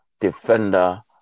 defender